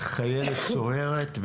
או חיילת-סוהרת.